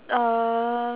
uh